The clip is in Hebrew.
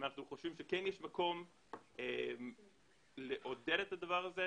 אנחנו חושבים שכן יש מקום לעודד את הדבר הזה,